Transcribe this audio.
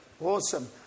Awesome